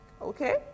okay